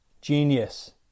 Genius